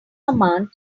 command